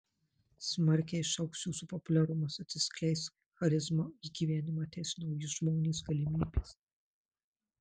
smarkiai išaugs jūsų populiarumas atsiskleis charizma į gyvenimą ateis nauji žmonės galimybės